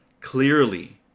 clearly